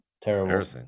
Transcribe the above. terrible